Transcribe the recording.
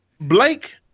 Blake